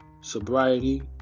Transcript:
sobriety